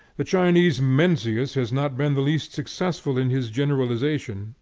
the chinese mencius has not been the least successful in his generalization.